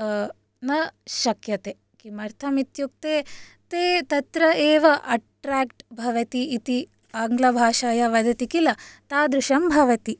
न शक्यते किमर्थम् इत्युक्ते ते तत्र एव अट्रेक्ट् भवति इति आङ्लभाषायां वदति किल तादृशं भवति